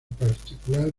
particular